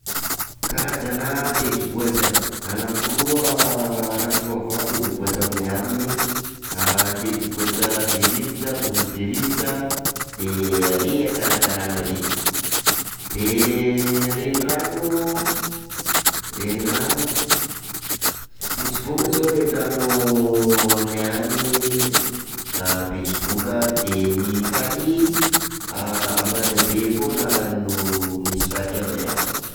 Karazana tendrombohitra, anakiroa anakiroa avao tendrombohitra aminay any: Berivotra, bongo Berivotra, de ary a Tsaratanana ary, de renirano, renirano, Betsiboka zao renirano aminay any, Betsiboka de ny farihy, Ambanjabe foana no misy farihy aminay ao.